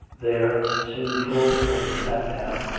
there, seen full when he sat down,